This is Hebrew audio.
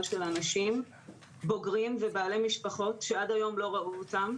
של אנשים בוגרים ובעלי משפחות שעד היום לא ראו אותם.